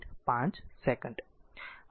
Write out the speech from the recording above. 5 second